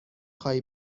خواهی